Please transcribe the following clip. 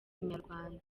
inyarwanda